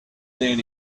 then